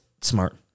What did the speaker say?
smart